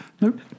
Nope